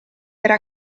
era